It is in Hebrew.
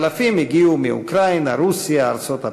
אבל על-פי רוב יהודים אינם נרדפים על-ידי